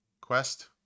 quest